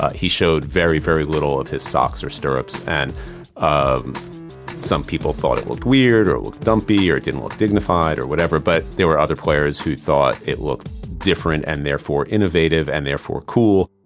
he showed very, very little of his socks or stirrups and um some people thought it looked weird or it looked dumpy or didn't look dignified or whatever. but there were other players who thought it looked different, and therefore innovative and therefore cool